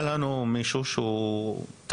היה לנו מישהו שהוא טרנס,